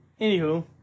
Anywho